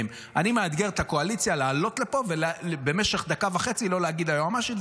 אני מאתגר את הקואליציה לעלות לפה ובמשך דקה וחצי לא להגיד "היועמ"שית",